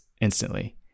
instantly